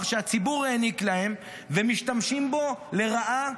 שהציבור העניק להם ומשתמשים בו לרעה,